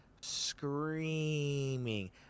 screaming